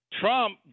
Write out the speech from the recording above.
Trump